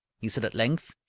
he said at length,